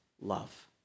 love